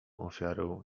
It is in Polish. ofiarą